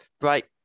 right